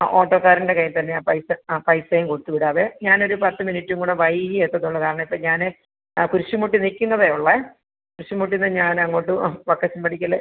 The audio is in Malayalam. ആ ഓട്ടോക്കാരൻ്റെ കയ്യിൽ തന്നെ ആ പൈസ ആ പൈസയും കൊടുത്ത് വിടാവേ ഞാനൊരു പത്ത് മിനിറ്റും കൂടെ വൈകി എത്തത്തുള്ളൂ കാരണം ഇപ്പോൾ ഞാൻ ആ കുരിശുമൂട്ടി നിക്കുന്നതേ ഉള്ളേ കുരിശുമൂട്ടിൽനിന്ന് ഞാൻ അങ്ങോട്ട് ആ വക്കച്ചൻപടിക്കൽ